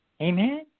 Amen